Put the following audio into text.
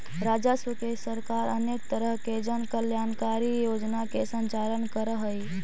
राजस्व से सरकार अनेक तरह के जन कल्याणकारी योजना के संचालन करऽ हई